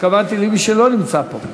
התכוונתי למי שאינו נמצא פה.